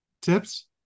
Tips